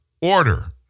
order